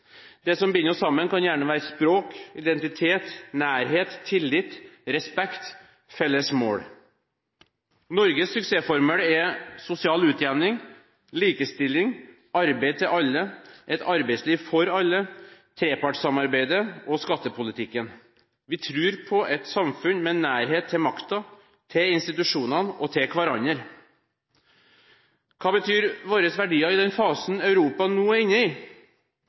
Det som binder oss sammen, kan gjerne være språk, identitet, nærhet, tillit, respekt og felles mål. Norges suksessformel er sosial utjevning, likestilling, arbeid til alle, et arbeidsliv for alle, trepartssamarbeidet og skattepolitikken. Vi tror på et samfunn med nærhet til makten, til institusjonene og til hverandre. Hva betyr våre verdier i den fasen Europa nå er inne i?